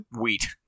Wheat